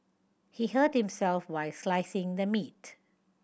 he hurt himself while slicing the meat